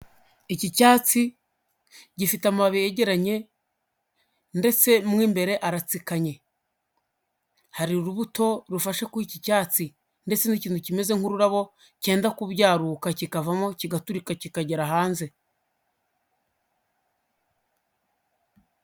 Iki cyatsi gifite amababi yegeranye ndetse mo imbere aratsikanye. Hari urubuto rufashe kuri iki cyatsi ndetse n'ikintu kimeze nk'ururabo cyenda kubyaruka kikavamo kigaturika kikagera hanze.